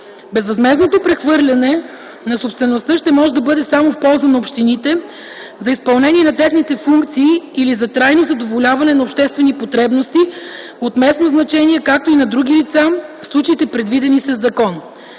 Безвъзмездното прехвърляне на собствеността ще може да бъде само в полза на общините за изпълнение на техните функции или за трайно задоволяване на обществени потребности от местно значение, както и на други лица в случаите, предвидени със закон.